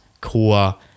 core